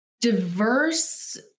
diverse